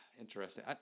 interesting